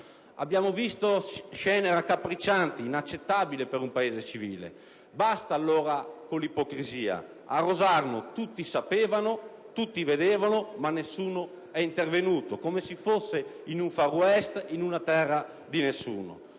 Abbiamo visto scene raccapriccianti, inaccettabili per un Paese civile. Allora, basta con l'ipocrisia: a Rosarno tutti sapevano, tutti vedevano, ma nessuno è intervenuto, come se si fosse in un *Far West*, in una terra di nessuno.